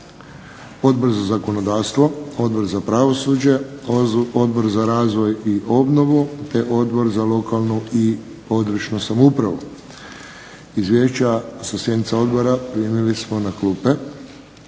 Odbor za zakonodavstvo, Odbor za pravosuđe, Odbor za razvoj i obnovu, te Odbor za lokalnu i područnu samoupravu. Izvješća sa sjednica odbora primili smo na klupe.